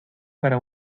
para